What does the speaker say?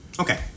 Okay